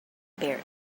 bear